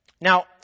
now